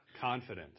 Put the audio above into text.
confidence